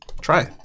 Try